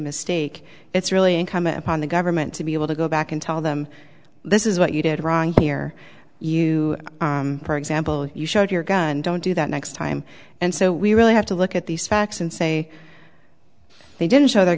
mistake it's really incumbent upon the government to be able to go back and tell them this is what you did wrong here you for example you showed your gun don't do that next time and so we really have to look at these facts and say they didn't show their